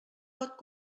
pot